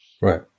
Right